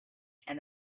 and